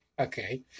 okay